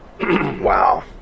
Wow